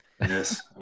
Yes